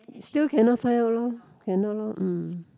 still cannot find out lor cannot lor mm